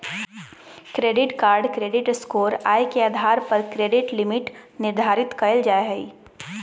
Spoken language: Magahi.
क्रेडिट कार्ड क्रेडिट स्कोर, आय के आधार पर क्रेडिट लिमिट निर्धारित कयल जा हइ